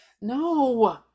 no